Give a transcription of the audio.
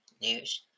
news